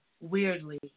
Weirdly